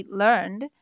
learned